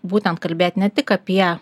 būtent kalbėt ne tik apie